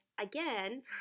again